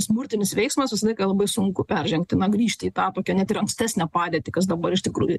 smurtinis veiksmas visą laiką labai sunku peržengti na grįžti į tą tokią net ir ankstesnę padėtį kas dabar iš tikrųjų